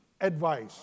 advice